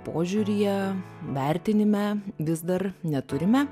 požiūryje vertinime vis dar neturime